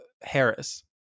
Harris